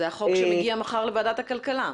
זה החוק שמגיע מחר לוועדת הכלכלה.